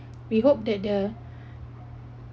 we hope that the